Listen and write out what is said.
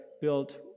built